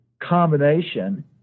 combination